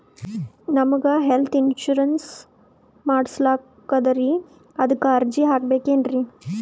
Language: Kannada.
ನಮಗ ಹೆಲ್ತ್ ಇನ್ಸೂರೆನ್ಸ್ ಮಾಡಸ್ಲಾಕ ಅದರಿ ಅದಕ್ಕ ಅರ್ಜಿ ಹಾಕಬಕೇನ್ರಿ?